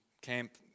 camp